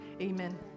Amen